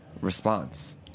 response